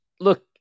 look